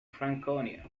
franconia